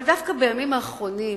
אבל דווקא בימים האחרונים,